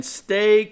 stay